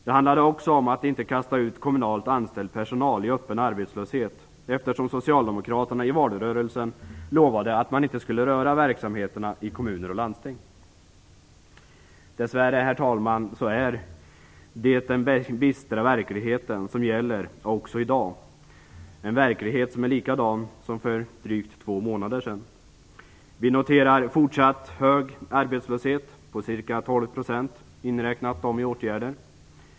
Det handlade också om att inte kasta ut kommunalt anställd personal i öppen arbetslöshet, eftersom Socialdemokraterna i valrörelsen lovade att man inte skulle röra verksamheterna i kommuner och landsting. Dess värre, herr talman, är det den bistra verkligheten som gäller också i dag - en verklighet som är likadan som för drygt två månader sedan. Vi noterar fortsatt hög arbetslöshet, på ca 12 %, inberäknat dem som är i åtgärder.